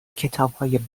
کتابهای